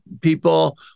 people